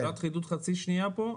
שאלה חידוד חצי שנייה פה להוסיף.